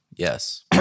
Yes